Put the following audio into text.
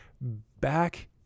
back